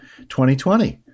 2020